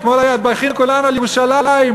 אתמול בכינו כולנו על ירושלים,